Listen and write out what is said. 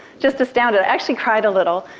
just astounded. i actually cried a little,